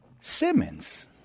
simmons